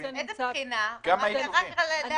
באיזו בחינה זה נמצא?